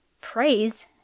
Praise